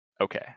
Okay